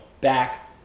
back